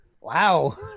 Wow